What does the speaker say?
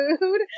food